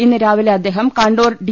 ഇന്ന് രാവിലെ അദ്ദേഹ്ം കണ്ണൂർ ഡി